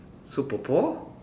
super four